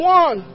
one